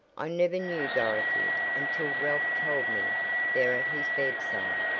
i never knew dorothy, until ralph told me there at his bedside,